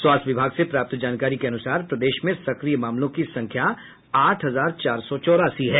स्वास्थ्य विभाग से प्राप्त जानकारी के अनुसार प्रदेश में सक्रिय मामलों की संख्या आठ हजार चार सौ चौरासी है